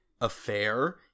affair